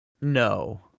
No